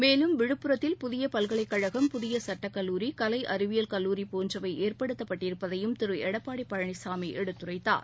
மேலும் விழுப்புரத்தில் புதிய பல்கலைக்கழகம் புதிய சட்டக்கல்லூரி கலை அறிவியல் கல்லூரி போன்றவை ஏற்படுத்தப்பட்டிருப்பதையும் திரு எடப்பாடி பழனிசாமி எடுத்துரைத்தார்